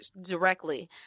directly